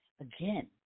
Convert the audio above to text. again